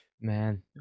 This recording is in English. Man